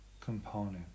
component